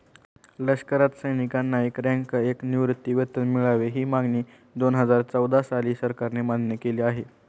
लष्करात सैनिकांना एक रँक, एक निवृत्तीवेतन मिळावे, ही मागणी दोनहजार चौदा साली सरकारने मान्य केली आहे